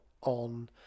on